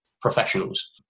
professionals